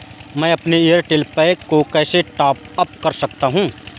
मैं अपने Airtel pack को कैसे टॉप अप कर सकता हूँ?